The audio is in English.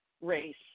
race